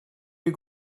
you